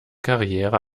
karriere